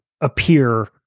appear